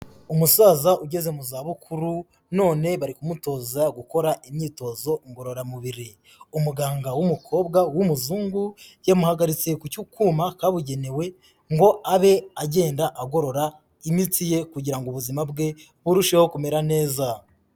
Umusaza ugeze mu zabukuru none bari kumutoza gukora imyitozo ngororamubiri. Umuganga w'umukobwa w'umuzungu, yamuhagaritse ku kuma kabugenewe ngo abe agenda agorora imitsi ye kugira ngo ubuzima bwe, burusheho kumera neza.